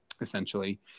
essentially